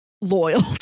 loyal